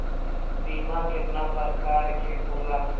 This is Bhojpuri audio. बीमा केतना प्रकार के होला?